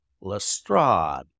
Lestrade